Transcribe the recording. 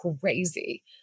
crazy